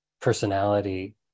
personality